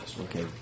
Okay